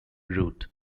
route